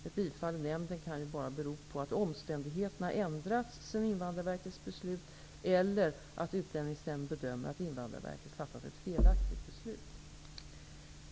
Ett bifall i nämnden kan ju bara bero på att omständigheterna ändrats sedan Invandrarverkets beslut eller att Utlänningsnämnden bedömer att Invandrarverket fattat ett felaktigt beslut.